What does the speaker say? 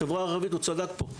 החברה הערבית, הוא צדק פה.